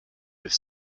with